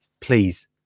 please